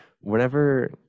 whenever